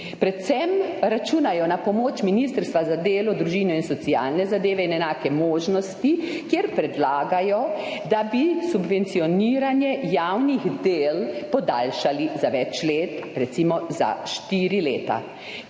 predvsem na pomoč Ministrstva za delo, družino, socialne zadeve in enake možnosti, kjer predlagajo, da bi subvencioniranje javnih del podaljšali za več let, recimo za 4 leta.